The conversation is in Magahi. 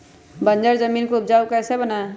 बंजर जमीन को उपजाऊ कैसे बनाय?